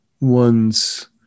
one's